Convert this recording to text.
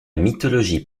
mythologie